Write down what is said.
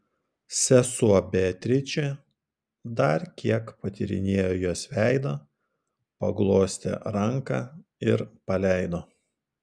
sesuo beatričė dar kiek patyrinėjo jos veidą paglostė ranką ir paleido